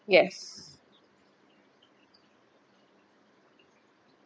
yes